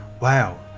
Wow